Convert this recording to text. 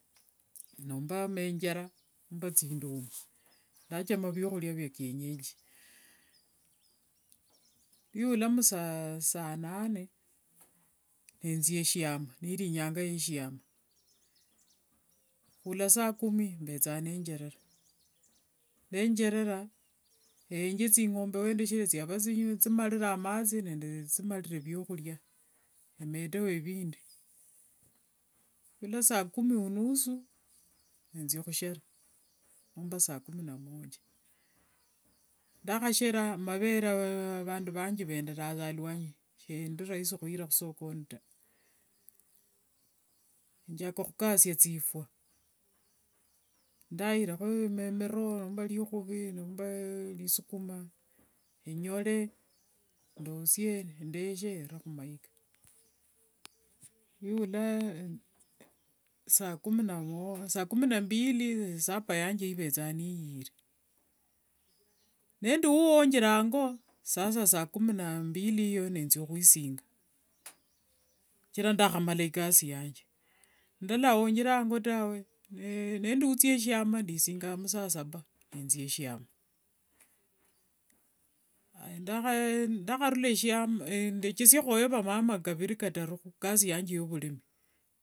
Nomba mayenjera nomba thinduma, ndachama vyakhuria vyakienjeji, yula musa nane nenzia shiama niri inyanga ya shiama, khula sa kumi embethanga nenjerera, nenjerera eenge thingombe wendeshera, thiava nithireshere amathi nde vyokhuria, emeteo evindi khula saa kumi unusu enzia khushera nomba saa kumi na moja, ndakhashera mavere vandu vanji venderanga saa khulwanyi ano, shendi raisi khwira khusokoni taa, nenjaka khukatsia thifwa, nindayirekho miro nomba rikhuvi nomba risukuma nyore ndoshie ende khumayika ere khumayika, fyula saa kumi na mbili, super yanje ivethanga niiyire, nendi uwonjere ango sasa saa kumi na mbili eyo ninzia khwisinga, shichira ndakhamala ikasi yanje, ndalawonjere ango tawe nendi uthia shiama endisinganga mu sasaba ninzia shiama, aya nindakharula mushiama ndecheshiekhoyo vamama vashiange kaviri kataru.